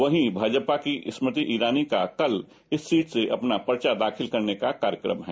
वहीं भाजपा की स्मृति ईरानी का कल इस सीट से अपना पर्चा दाखिल करने का कार्यक्रम है